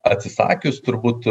atsisakius turbūt